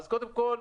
קודם כול,